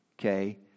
okay